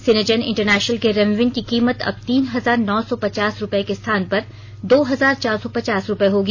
Syngene international के रेमविन की कीमत अब तीन हजार नौ सौ पचास रूपये के स्थान पर दो हजार चार सौ पचास रूपये होगी